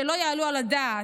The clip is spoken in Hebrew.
שלא יעלו על הדעת,